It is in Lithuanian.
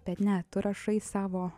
bet ne tu rašai savo